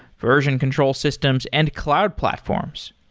version control systems and cloud platforms.